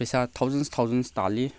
ꯄꯩꯁꯥ thousands thousands ꯇꯥꯜꯂꯤ